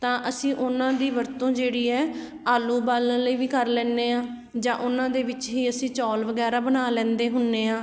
ਤਾਂ ਅਸੀਂ ਉਹਨਾਂ ਦੀ ਵਰਤੋਂ ਜਿਹੜੀ ਹੈ ਆਲੂ ਉਬਾਲਣ ਲਈ ਵੀ ਕਰ ਲੈਂਦੇ ਹਾਂ ਜਾਂ ਉਹਨਾਂ ਦੇ ਵਿੱਚ ਹੀ ਅਸੀਂ ਚੌਲ ਵਗੈਰਾ ਬਣਾ ਲੈਂਦੇ ਹੁੰਦੇ ਹਾਂ